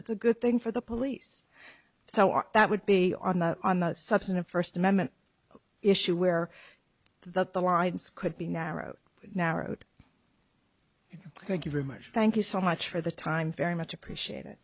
it's a good thing for the police so on that would be on the on the substantive first amendment issue where the lines could be narrow narrowed thank you very much thank you so much for the time very much appreciate it